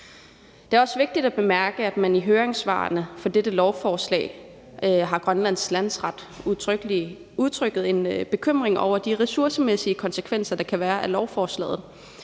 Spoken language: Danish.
Det er også vigtigt at bemærke, at Grønlands Landsret i høringssvarene til dette lovforslag har udtrykt bekymring over de ressourcemæssige konsekvenser, der kan være af lovforslaget.